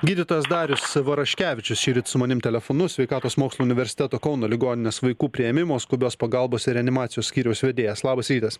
gydytojas darius varaškevičius šįryt su manim telefonu sveikatos mokslų universiteto kauno ligoninės vaikų priėmimo skubios pagalbos ir reanimacijos skyriaus vedėjas labas rytas